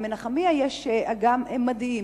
במנחמיה יש אגם מדהים,